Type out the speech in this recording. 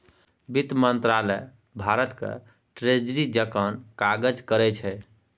बित्त मंत्रालय भारतक ट्रेजरी जकाँ काज करै छै